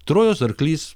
trojos arklys